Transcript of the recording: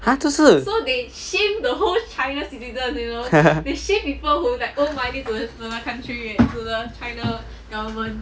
!huh! 就是